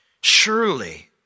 Surely